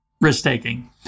risk-taking